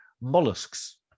mollusks